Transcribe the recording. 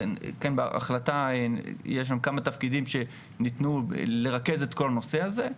בהחלטה יש כמה תפקידים שניתנו לרכז את כל הנושא הזה,